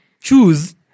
choose